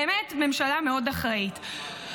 באמת ממשלה אחראית מאוד.